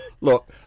Look